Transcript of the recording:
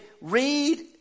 read